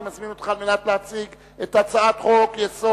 אני מזמין אותך להציג את הצעת חוק-יסוד: